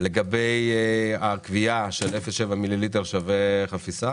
לגבי הקביעה ש-0.7 מיליליטר שווה חפיסה,